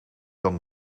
dan